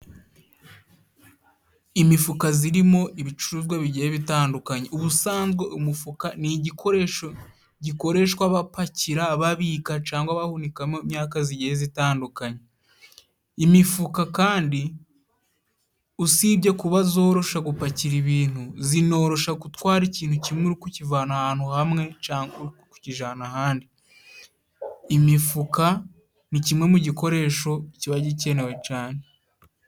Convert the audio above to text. Imifuka zirimo ibicuruzwa bigiye bitandukanye, ubusanzwe umufuka ni igikoresho gikoreshwa bapakira, babika cangwa bahunikamo imyaka zigiye zitandukanye. Imifuka kandi usibye kubazorosha gupakira ibintu, zinorosha gutwara ikintu kimwe uri kukivana ahantu hamwe cangwa uri kukijana ahandi, imifuka ni kimwe mu gikoresho kiba gikenewe cane.